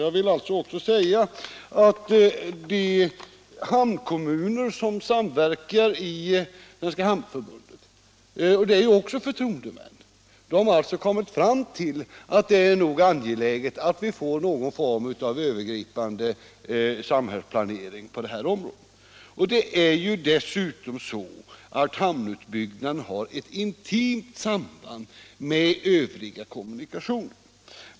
Representanterna för de hamnkommuner som samverkar i Svenska hamnförbundet — och de är också förtroendemän — har kommit fram till att det nog är angeläget att vi får någon form av övergripande samhällsplanering på det här området. Hamnutbyggnaden har dessutom ett intimt samband med övriga kommunikationer.